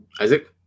Isaac